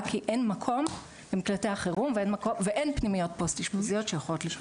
רק כי אין מקום במקלטי החירום ואין פנימיות פוסט-אשפוזיות שיכולות,